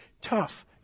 tough